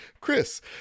Chris